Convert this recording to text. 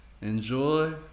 Enjoy